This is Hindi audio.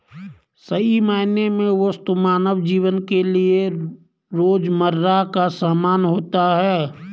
सही मायने में वस्तु मानव जीवन के लिये रोजमर्रा का सामान होता है